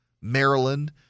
Maryland